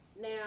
now